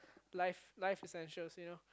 life life is essential you know